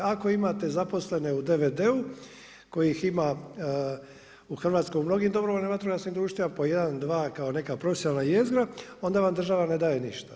Ako imate zaposlene u DVD-u kojih ima u Hrvatskoj u mnogim dobrovoljnim vatrogasnim društvima po jedan, dva, kao neka profesionalna jezgra onda vam država ne daje ništa.